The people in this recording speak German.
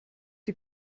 die